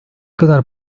kadar